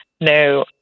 no